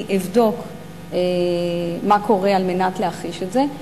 אני אבדוק מה קורה על מנת להחיש את זה.